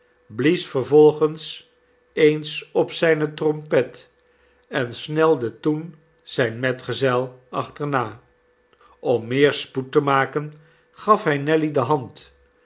blies vervolgens eens op zijne trompet en snelde toen zijn metgezel achterna om meer spoed te maken gaf hij nelly de hand